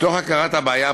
מתוך הכרת הבעיה,